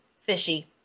fishy